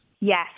Yes